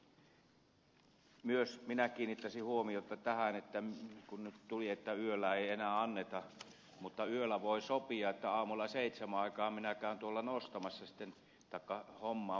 eli myös minä kiinnittäisin huomiota tähän että kun nyt tuli se että yöllä ei enää anneta niin yöllä voi sopia että aamulla seitsemän aikaan minä hommaan pikavipin